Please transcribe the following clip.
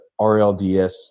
RLDS